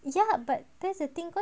ya but that's the thing cause